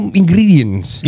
ingredients